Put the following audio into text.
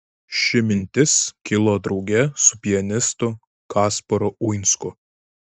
ši mintis kilo drauge su pianistu kasparu uinsku